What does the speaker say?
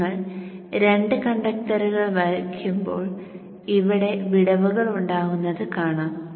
നിങ്ങൾ 2 കണ്ടക്ടറുകൾ വയ്ക്കുമ്പോൾ ഇവിടെ വിടവുകൾ ഉണ്ടാകുന്നത് കാണാം